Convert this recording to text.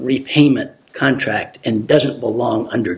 repayment contract and doesn't belong under